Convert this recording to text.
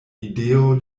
ideo